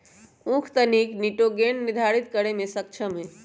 उख तनिक निटोगेन निर्धारितो करे में सक्षम हई